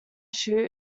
shoot